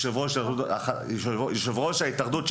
יושב-ראש ההתאחדות,